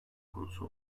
konusu